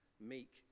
meek